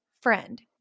friend